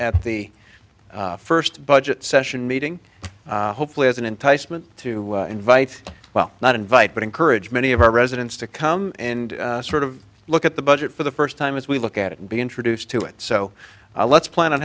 at the first budget session meeting hopefully as an enticement to invite well not invite but encourage many of our residents to come and sort of look at the budget for the first time as we look at it and be introduced to it so let's plan on